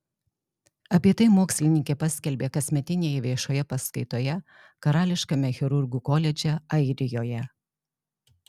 apie tai mokslininkė paskelbė kasmetinėje viešoje paskaitoje karališkame chirurgų koledže airijoje